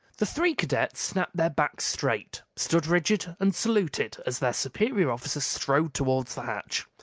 the three cadets snapped their backs straight, stood rigid, and saluted as their superior officer strode toward the hatch.